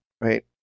right